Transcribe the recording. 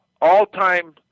all-time